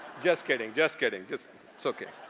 just kidding. just kidding. just. it's okay.